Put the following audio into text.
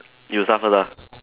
you start first lah